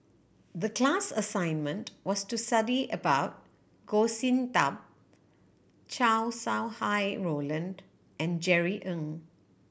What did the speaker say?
the class assignment was to study about Goh Sin Tub Chow Sau Hai Roland and Jerry Ng